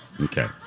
okay